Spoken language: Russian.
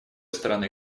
стороны